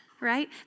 right